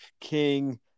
king